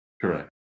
Correct